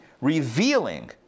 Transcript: revealing